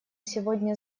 сегодня